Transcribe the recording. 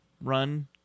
run